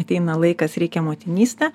ateina laikas reikia motinystę